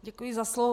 Děkuji za slovo.